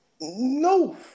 no